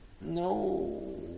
No